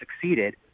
succeeded